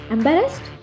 Embarrassed